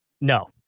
No